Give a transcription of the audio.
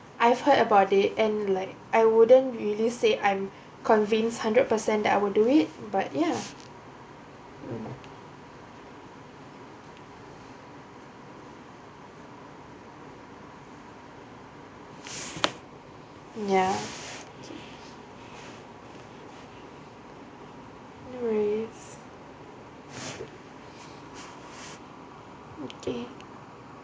I've heard about it and like I wouldn't really say I'm convinced hundred percent that I will do it but ya ya right okay